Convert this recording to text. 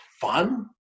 fun